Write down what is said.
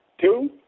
two